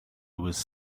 was